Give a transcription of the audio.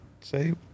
say